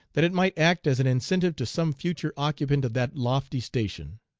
that it might act as an incentive to some future occupant of that lofty station!